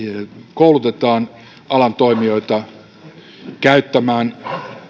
koulutetaan alan toimijoita käyttämään